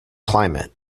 climate